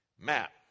Map